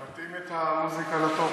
מתאים את המוזיקה לתוכן.